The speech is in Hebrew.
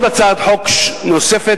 היא הצעת חוק נוספת,